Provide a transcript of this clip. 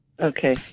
Okay